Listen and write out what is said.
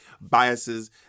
biases